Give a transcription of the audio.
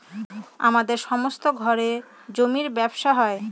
আমাদের সমস্ত ঘরে জমির ব্যবসা হয়